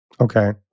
Okay